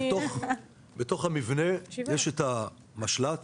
בתוך המבנה יש את המשל"ט